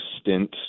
stint